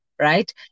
right